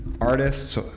artists